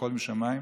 הכול משמיים,